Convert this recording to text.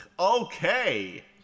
Okay